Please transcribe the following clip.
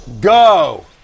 Go